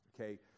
Okay